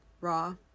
raw